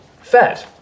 fed